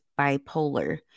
bipolar